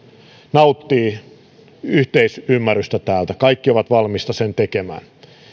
nauttii yhteisymmärrystä täällä kaikki ovat valmiita sen tekemään